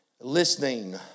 Listening